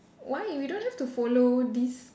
why we don't have to follow this